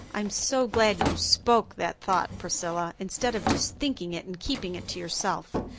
i'm so glad you spoke that thought, priscilla, instead of just thinking it and keeping it to yourself.